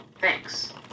Thanks